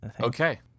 Okay